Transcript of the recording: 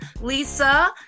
Lisa